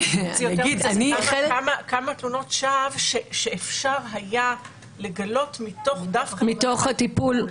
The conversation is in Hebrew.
כמה תלונות שווא שאפשר היה לגלות מתוך הטיפול,